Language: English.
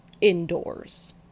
indoors